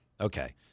Okay